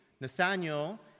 Nathaniel